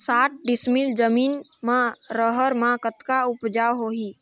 साठ डिसमिल जमीन म रहर म कतका उपजाऊ होही?